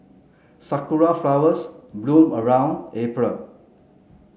sakura flowers bloom around April